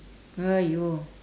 !aiyo!